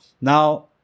Now